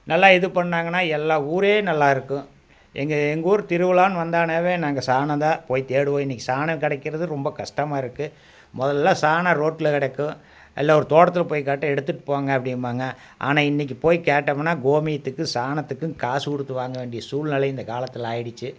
நல்லா இது பண்ணாங்கன்னா எல்லா ஊரே நல்லாயிருக்கும் எங்கள் எங்கள் ஊர் திருவிழான்னு வந்தானாவே நாங்கள் சாணம் தான் போய் தேடுவோம் இன்னக்கு சாணம் கிடைக்கிறது ரொம்ப கஷ்டமாக இருக்குது முதல்லலாம் சாணம் ரோட்டுல கிடக்கும் இல்லை ஒரு தோட்டத்தில் போய் கேட்டால் எடுத்துகிட்டுப் போங்க அப்படிம்பாங்க ஆனால் இன்னைக்கி போய் கேட்டோமுன்னா கோமியத்துக்கும் சாணத்துக்கும் காசு கொடுத்து வாங்க வேண்டிய சூழ்நிலை இந்த காலத்தில் ஆகிடுச்சி